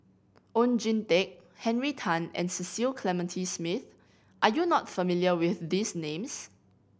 Oon Jin Teik Henry Tan and Cecil Clementi Smith are you not familiar with these names